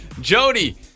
Jody